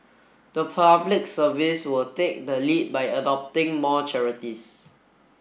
the Public Service will take the lead by adopting more charities